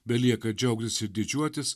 belieka džiaugtis ir didžiuotis